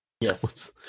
Yes